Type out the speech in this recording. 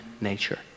nature